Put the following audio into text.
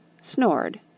snored